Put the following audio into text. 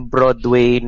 Broadway